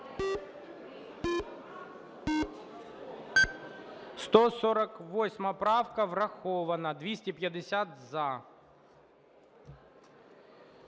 148 правка врахована, 250 – за.